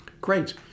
great